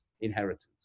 inheritance